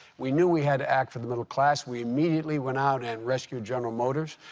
we knew we had to act for the middle class. we immediately went out and rescued general motors.